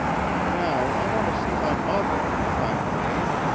now, i want to see my mother if i may?